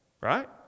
right